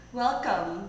welcome